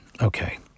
Okay